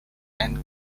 and